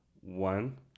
One